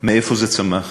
מאיפה זה צמח.